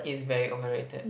it's very overrated